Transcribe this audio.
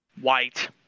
white